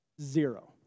zero